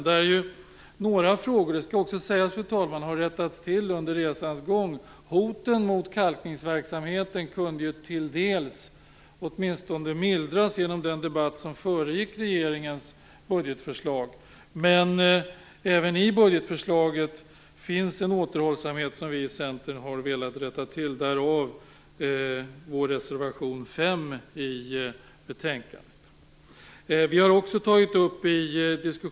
Där har några frågor rättats till under resans gång - det skall också sägas, fru talman. Hoten mot kalkningsverksamheten kunde åtminstone till dels mildras genom den debatt som föregick regeringens budgetförslag. Men även i budgetförslaget finns en återhållsamhet som vi i Centern har velat rätta till. Därav kommer vår reservation 5 i betänkandet.